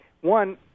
one